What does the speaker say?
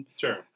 Sure